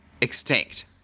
extinct